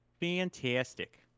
Fantastic